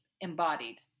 embodied